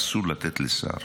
אסור לתת לשר,